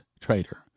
traitor